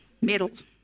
medals